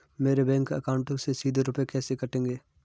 मेरे bank account से सीधे रुपए कैसे कटेंगे?